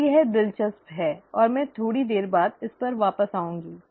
अब यह दिलचस्प है और मैं थोड़ी देर बाद इस पर वापस आऊंगा